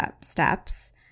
steps